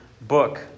book